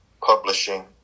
publishing